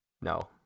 no